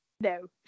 no